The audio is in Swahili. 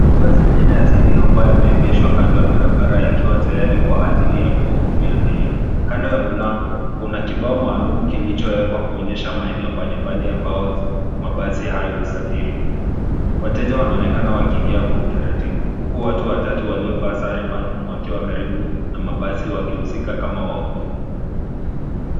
Mabasi aina ya City Hoppa yameegeshwa kando ya barabara, yakiwa tayari kwa ajili ya kuwahudumia abiria. Kando ya mlango kuna kibao maalum kilichowekwa, kuonyesha maeneo mbalimbali ambayo mabasi hayo husafiri. Wateja wanaonekana wakiingia kwa utaratibu, huku watu watatu waliovaa sare maalum, wakiwa karibu na mabasi, wakihusika kama wahudumu.